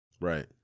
Right